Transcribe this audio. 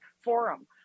Forum